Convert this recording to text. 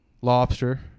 Lobster